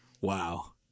Wow